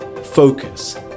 focus